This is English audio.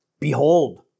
Behold